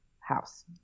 house